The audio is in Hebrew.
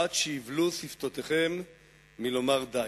עד שיבלו שפתותיכם מלומר די.